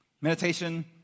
Meditation